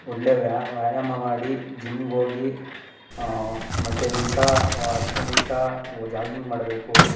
ಒಳ್ಳೆಯ ವ್ಯಾಯಾಮ ವ್ಯಾಯಾಮ ಮಾಡಿ ಜಿಮ್ಗೆ ಹೋಗಿ ಮತ್ತು ದಿವಸ ಹತ್ತು ನಿಮಿಷ ಜಾಗಿಂಗ್ ಮಾಡಬೇಕು